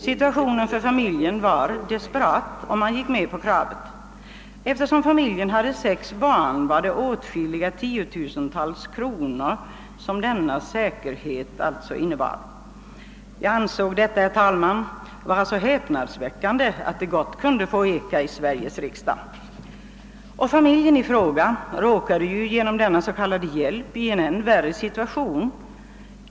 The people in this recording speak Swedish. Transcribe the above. Familjens situation var desperat, och man gick med på kravet. Eftersom familjen hade sex barn innebar denna säkerhet alltså åtskilliga tiotusentals kronor. Jag ansåg detta, herr talman, vara så häpnadsväckande att det gott kunde få eka i Sveriges riksdag. Familjen i fråga råkade genom denna s.k. hjälp i en ännu värre situation.